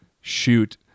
shoot